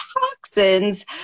toxins